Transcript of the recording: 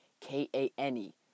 K-A-N-E